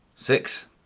Six